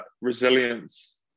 resilience